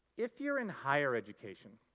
if you're in higher education,